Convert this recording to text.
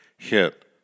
hit